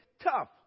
tough